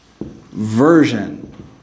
Version